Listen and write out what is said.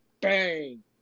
Bang